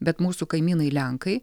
bet mūsų kaimynai lenkai